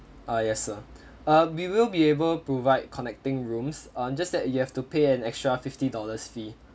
ah yes sir uh we will be able provide connecting rooms uh just that you have to pay an extra fifty dollars fee